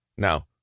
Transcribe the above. Now